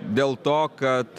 dėl to kad